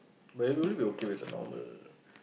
but will you be okay with the normal